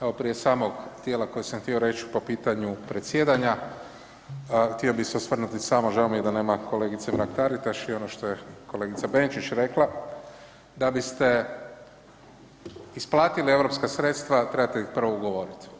Evo prije samog dijela koji sam reć po pitanju predsjedanja, htio bih se osvrnuti samo, žao mi je da nema kolegice Mrak-Taritaš i ono što je kolegica Benčić rekla, da biste isplatili europska sredstva trebate ih prvo ugovorit.